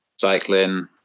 cycling